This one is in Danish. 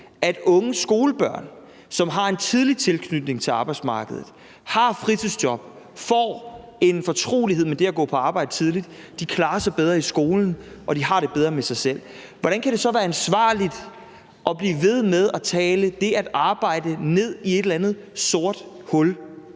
at unge skolebørn, som har en tidlig tilknytning til arbejdsmarkedet, har et fritidsjob og tidligt får en fortrolighed med det at gå på arbejde, klarer sig bedre i skolen og har det bedre med sig selv? Hvordan kan det så være ansvarligt at blive ved med at tale det at arbejde ned i et eller andet sort hul?